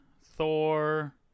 Thor